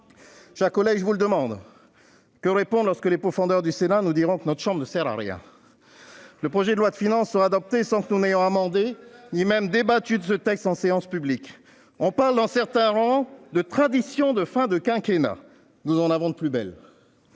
chers collègues, je vous le demande : que répondre lorsque les pourfendeurs du Sénat nous diront que notre chambre ne sert à rien ? Le projet de loi de finances sera adopté sans que nous l'ayons amendé ou même sans que nous ayons débattu de ce texte en séance publique. On parle dans certains rangs de « tradition de fin de quinquennat »... Nous avons des